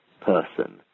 person